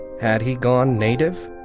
had he gone native?